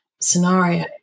scenario